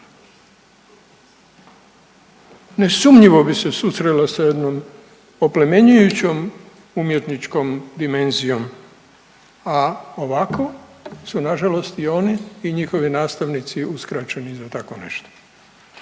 nesumnjivo bi se susrela sa jednom oplemenjujućom umjetničkom dimenzijom, a ovako su nažalost i oni i njihovi nastavnici uskraćeni za tako nešto,